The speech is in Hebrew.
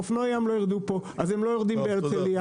"אופנועי ים לא ירדו פה" אז הם לא יורדים בהרצליה,